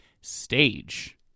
Stage